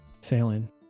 Sailing